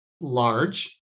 large